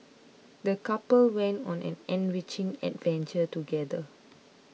the couple went on an enriching adventure together